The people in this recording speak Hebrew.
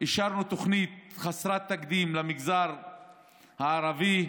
אישרנו תוכנית חסרת תקדים למגזר הערבי,